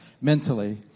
mentally